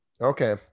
Okay